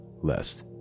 lest